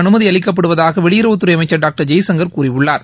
அனுமதி அளிக்கப்படுவதாக வெளியுறவுத்துறை அமைச்சர் டாக்டர் ஜெய்சங்கர் கூறியுள்ளார்